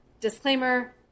disclaimer